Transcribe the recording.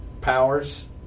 powers